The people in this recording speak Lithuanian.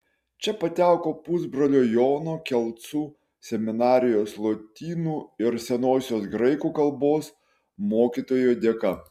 čia pateko pusbrolio jono kelcų seminarijos lotynų ir senosios graikų kalbos mokytojo dėka